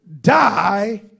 die